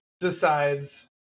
decides